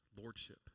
lordship